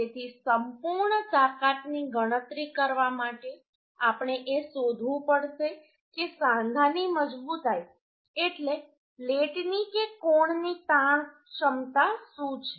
તેથી સંપૂર્ણ તાકાતની ગણતરી કરવા માટે આપણે એ શોધવું પડશે કે સાંધાની મજબૂતાઈ એટલે પ્લેટની કે કોણની તાણ ક્ષમતા શું છે